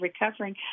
recovering